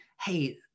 hey